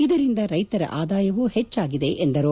ಇದರಿಂದ ರೈತರ ಆದಾಯವೂ ಹೆಚ್ಚಾಗಿದೆ ಎಂದರು